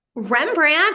Rembrandt